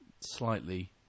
slightly